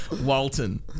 walton